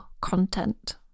content